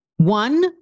One